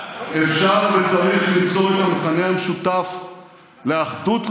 אפשר וצריך למצוא את המכנה המשותף לאחדות לאומית,